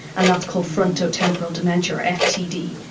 and that's called frontotemporal dementia or ah ftd,